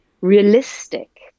realistic